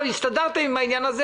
שהם בדרגים הנמוכים.